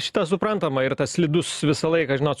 šitą suprantama ir tas slidus visą laiką žinot